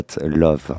Love